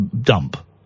dump